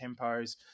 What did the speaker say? tempos